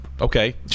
okay